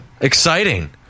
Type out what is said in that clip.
exciting